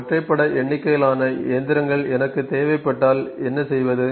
ஒற்றைப்படை எண்ணிக்கையிலான இயந்திரங்கள் எனக்கு தேவைப்பட்டால் என்ன செய்வது